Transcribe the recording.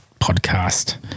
podcast